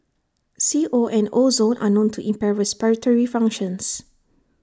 C O and ozone are known to impair respiratory functions